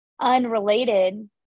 unrelated